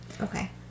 Okay